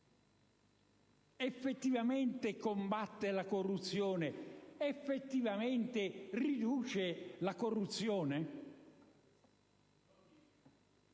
effettivamente combatte la corruzione? Effettivamente riduce la corruzione?